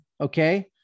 okay